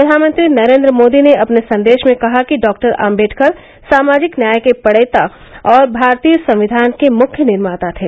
प्रधानमंत्री नरेन्द्र मोदी ने अपने संदेश में कहा कि डॉ आम्बेडकर सामाजिक न्याय के प्रणेता और भारतीय संविधान के मुख्य निर्माता थे